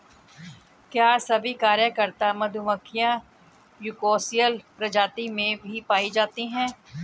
क्या सभी कार्यकर्ता मधुमक्खियां यूकोसियल प्रजाति में ही पाई जाती हैं?